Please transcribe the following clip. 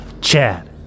Chad